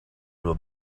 that